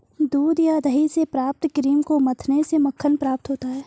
दूध या दही से प्राप्त क्रीम को मथने से मक्खन प्राप्त होता है?